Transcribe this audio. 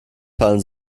fallen